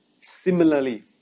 similarly